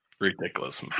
ridiculous